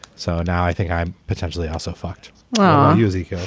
so now i think i'm potentially also fucked music